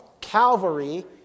Calvary